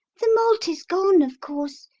the malt is gone, of course,